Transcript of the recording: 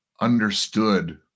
understood